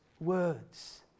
Words